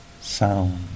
sound